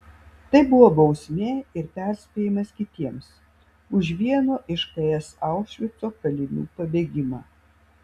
tai buvo bausmė ir perspėjimas kitiems už vieno iš ks aušvico kalinių pabėgimą